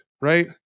right